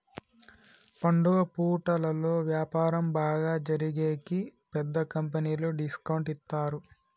పండుగ పూటలలో వ్యాపారం బాగా జరిగేకి పెద్ద కంపెనీలు డిస్కౌంట్ ఇత్తారు